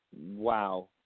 Wow